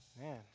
Man